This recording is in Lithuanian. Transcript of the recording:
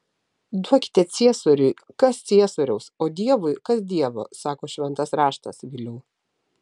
duokite ciesoriui kas ciesoriaus o dievui kas dievo sako šventas raštas viliau